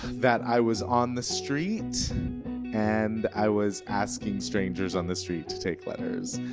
that i was on the street and i was asking strangers on the street to take letters.